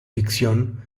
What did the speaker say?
ficción